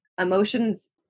emotions